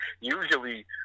Usually